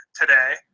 today